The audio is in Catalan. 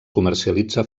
comercialitza